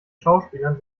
schauspielern